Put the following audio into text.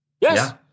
Yes